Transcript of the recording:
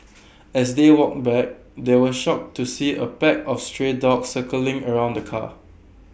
as they walked back they were shocked to see A pack of stray dogs circling around the car